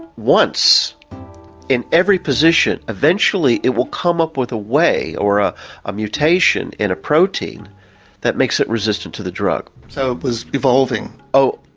once in every position, eventually it will come up with a way or ah a mutation in a protein that makes it resistant to the drug. so it was evolving? oh,